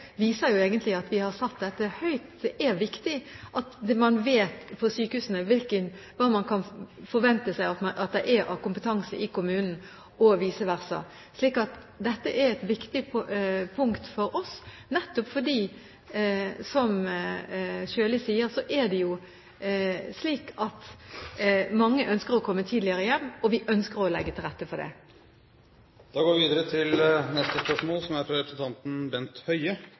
egentlig at vi har satt dette høyt. Det er viktig at man vet på sykehusene hva man kan forvente av kompetanse i kommunen, og vice versa. Så dette er et viktig punkt for oss, nettopp fordi – som Sjøli sier – mange ønsker å komme tidligere hjem. Vi ønsker å legge til rette for det. «Stikk i strid med politiske retningslinjer får vi nå tall som viser at antallet yngre funksjonshemmede som